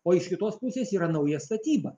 o iš kitos pusės yra nauja statyba